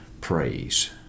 praise